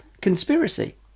conspiracy